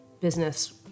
business